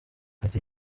ati